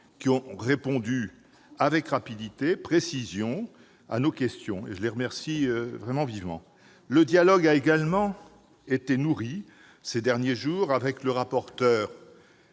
qui ont répondu avec rapidité et précision à nos questions. Je les en remercie vivement. Le dialogue a également été nourri ces derniers jours avec le rapporteur